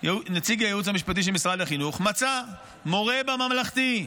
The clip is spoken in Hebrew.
נציג הייעוץ המשפטי של משרד החינוך ומצא מורה בממלכתי,